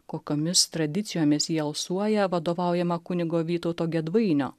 kokiomis tradicijomis ji alsuoja vadovaujama kunigo vytauto gedvainio